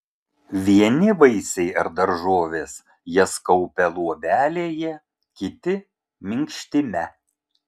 vieni vaisiai ar daržovės jas kaupia luobelėje kiti minkštime